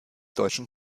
deutschen